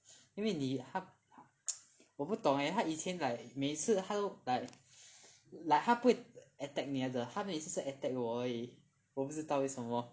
因为你他我不懂 leh 他以前 like 每次他都 like like 他不会 attack 你来的他每次是 attack 我而已我不知道为什么